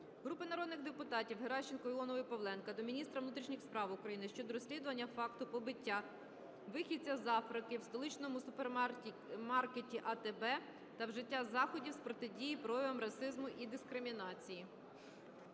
Групи народних депутатів (Геращенко, Іонової, Павленка) до міністра внутрішніх справ України щодо розслідування факту побиття вихідця з Африки в столичному супермаркеті "АТБ" та вжиття заходів з протидії проявам расизму і дискримінації.